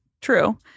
true